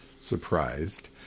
surprised